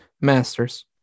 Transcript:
Master's